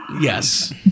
Yes